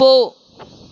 போ